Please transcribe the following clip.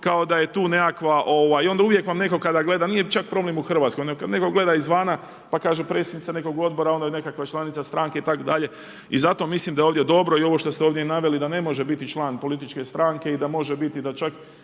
kao da je tu nekakva i onda vam uvijek netko kada gleda, nije čak problem u Hrvatskoj, nego kad netko gleda iz vana pa kaže predsjednica nekog odbora, onda nekakva članica stranke itd. i zato mislim da je ovdje dobro i ovo što ste ovdje naveli da ne može biti član političke stranke i da može biti da čak